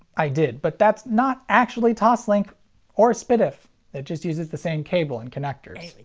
i did. but that's not actually toslink or s but pdif. it just uses the same cable and connectors.